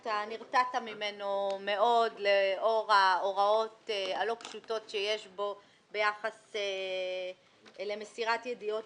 אתה נרתעת ממנו מאוד לאור ההוראות הלא פשוטות שיש בו ביחס למסירת ידיעות